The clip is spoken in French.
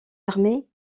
armées